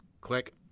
Click